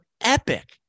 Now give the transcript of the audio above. epic